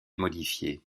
modifié